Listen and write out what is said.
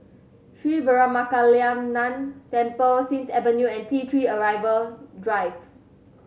Sri Veeramakaliamman Temple Sims Avenue and T Three Arrival Drive